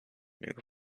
new